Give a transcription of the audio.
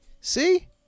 See